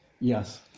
Yes